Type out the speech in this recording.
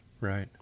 Right